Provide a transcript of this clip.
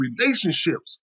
relationships